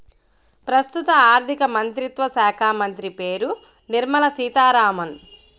ప్రస్తుత ఆర్థికమంత్రిత్వ శాఖామంత్రి పేరు నిర్మల సీతారామన్